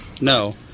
No